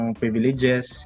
privileges